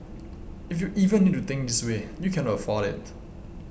if you even need to think this way you cannot afford it